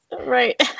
Right